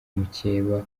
mukeba